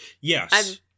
yes